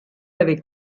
avec